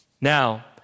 Now